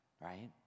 right